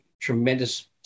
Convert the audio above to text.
tremendous